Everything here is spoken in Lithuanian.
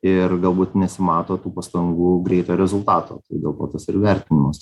ir galbūt nesimato tų pastangų greito rezultato dėl to tas ir vertinimas